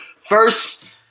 First